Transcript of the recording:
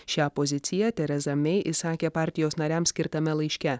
šią poziciją tereza mei išsakė partijos nariams skirtame laiške